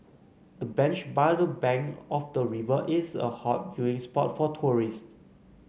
the bench by the bank of the river is a hot viewing spot for tourists